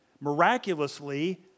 miraculously